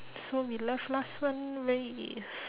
so we left last one already